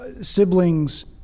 siblings